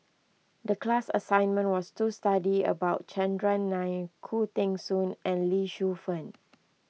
the class assignment was to study about Chandran Nair Khoo Teng Soon and Lee Shu Fen